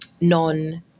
non